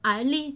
I only